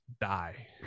die